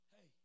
hey